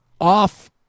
off